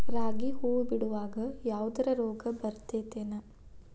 ರಾಗಿ ಹೂವು ಬಿಡುವಾಗ ಯಾವದರ ರೋಗ ಬರತೇತಿ ಏನ್?